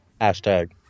hashtag